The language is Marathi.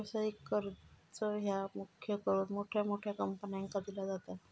व्यवसायिक कर्ज ह्या मुख्य करून मोठ्या मोठ्या कंपन्यांका दिला जाता